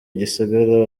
igisagara